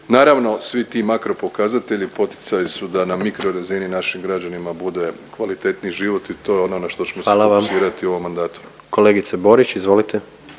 Naravno svi ti makro pokazatelji poticaj su da na mikro razini našim građanima bude kvalitetniji život i to je ono na što ćemo se fokusirati u ovom mandatu. **Jandroković, Gordan